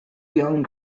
young